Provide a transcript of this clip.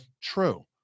True